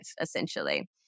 essentially